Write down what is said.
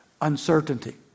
Uncertainty